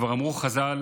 כבר אמרו חז"ל: